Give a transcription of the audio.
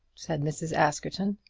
said mrs. askerton.